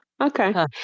Okay